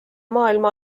maailma